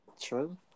True